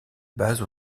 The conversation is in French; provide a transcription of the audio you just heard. base